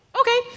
Okay